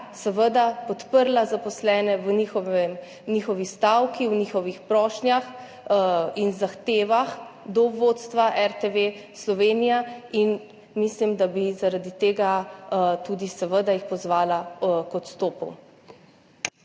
seveda podprla zaposlene v njihovi stavki, v njihovih prošnjah in zahtevah do vodstva RTV Slovenija, in mislim, da bi jih zaradi tega tudi seveda pozvala k odstopu.